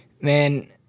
man